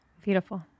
Beautiful